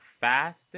fastest